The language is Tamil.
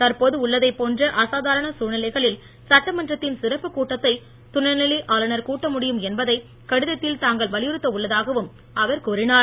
தற்போது உள்ளதைப் போன்ற அசாதாரண சூழ்நிலைகளில் சட்டமன்றத்தின் சிறப்புக் கூட்டத்தை துணை நிலை ஆளுநர் கூட்ட முடியும் என்பதை கடிதத்தில் தாங்கள் வலியுறுத்த உள்ளதாகவும் அவர் கூறினார்